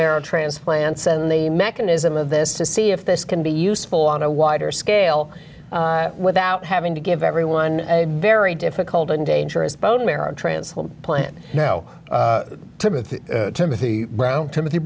marrow transplants and the mechanism of this to see if this can be useful on a wider scale without having to give everyone a very difficult and dangerous bone marrow transplant plan now to move to the timothy